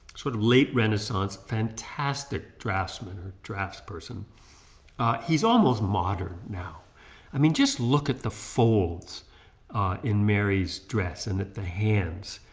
sort of late renaissance fantastic draftsman or drafts person ah he's almost modern now i mean just look at the folds ah in mary's dress and at the hands